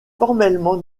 formellement